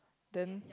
then